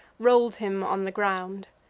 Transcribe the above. roll'd him on the ground.